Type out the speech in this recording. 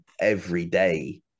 everyday